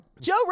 joe